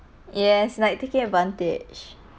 yes like taking advantage